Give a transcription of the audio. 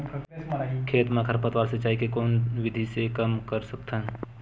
खेत म खरपतवार सिंचाई के कोन विधि से कम कर सकथन?